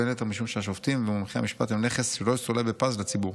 בין היתר משום שהשופטים ומומחי המשפט הם נכס שלא יסולא בפז לציבור.